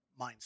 mindset